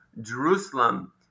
Jerusalem